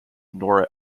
nora